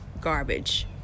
garbage